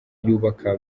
yubaka